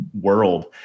world